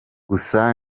gusa